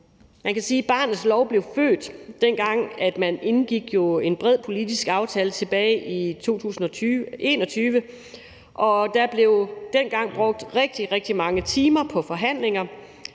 barnets lov blev født, dengang man indgik en bred politisk aftale tilbage i 2021, og der blev dengang brugt rigtig, rigtig mange timer på forhandlinger.